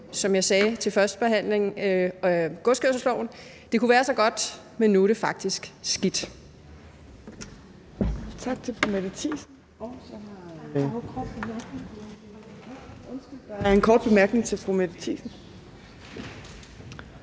som jeg sagde ved førstebehandlingen af godskørselsloven: Det kunne være så godt, men nu er det faktisk skidt.